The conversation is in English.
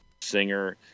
singer